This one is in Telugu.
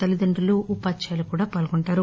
తల్లిదండ్రులు ఉపాధ్యులు కూడా పాల్గొంటారు